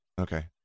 Okay